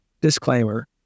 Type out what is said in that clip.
disclaimer